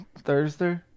Thursday